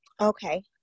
Okay